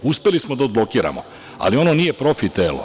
Uspeli smo da odblokiramo, ali ono nije profi telo.